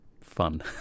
fun